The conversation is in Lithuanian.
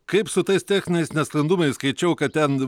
kaip su tais techniniais nesklandumais skaičiau kad ten